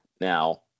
now